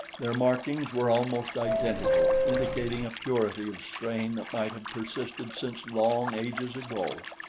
their markings were almost identical, indicating a purity of strain that might have persisted since long ages ago.